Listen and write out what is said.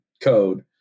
code